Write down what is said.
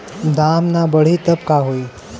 दाम ना बढ़ी तब का होई